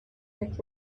that